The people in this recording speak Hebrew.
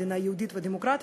מדינה יהודית ודמוקרטית.